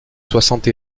soixante